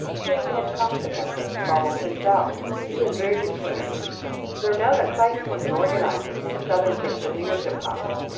king had come to memphis troubled himself he was very depressed xernona clayton was an organizer at the southern christian leadership conference,